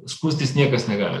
skųstis niekas negali